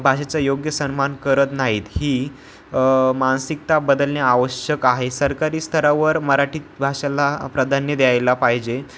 भाषेचा योग्य सन्मान करत नाहीत ही मानसिकता बदलणे आवश्यक आहे सरकारी स्तरावर मराठी भाषेला प्राधान्य द्यायला पाहिजे